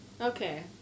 Okay